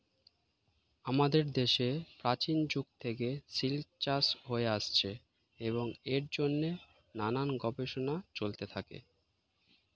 আমাদের দেশে প্রাচীন যুগ থেকে সিল্ক চাষ হয়ে আসছে এবং এর জন্যে নানান গবেষণা চলতে থাকে